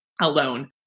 alone